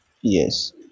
yes